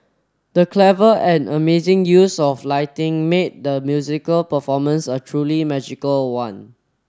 the clever and amazing use of lighting made the musical performance a truly magical one